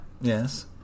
Yes